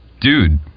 dude